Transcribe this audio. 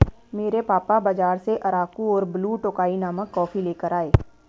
मेरे पापा बाजार से अराकु और ब्लू टोकाई नामक कॉफी लेकर आए